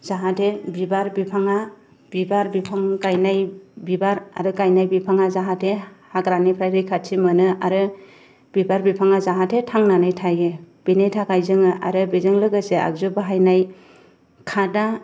जाहाथे बिबार बिफाङा बिबार बिफां गायनाय बिबार आरो गायनाय बिफाङा जाहाथे हाग्रानिफ्राय रैखाथि मोनो आरो बिबार बिफाङा जाहाथे थांनानै थायो बिनि थाखाय जोङो आरो बेजों लोगोसे आगजु बाहायनाय खादा